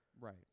Right